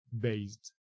based